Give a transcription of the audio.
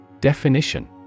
Definition